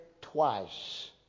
twice